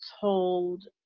told